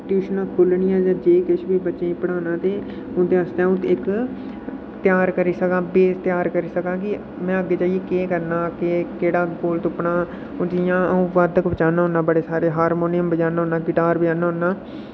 ट्यू्शनां खोह्लनियां जे किश बी बच्चें गी पढ़ाना ते उं'दे आस्तै अ'ऊं इक त्यार करी सकां बेस त्यार करी सकां कि में जाई केह् करना कि केह्ड़ा गोल तुप्पना ते जियां अ'ऊं बाधक बजाना बड़े सारे हारमोनियम बजानां होन्नां गिटार बजाना होन्नां